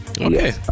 Okay